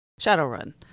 Shadowrun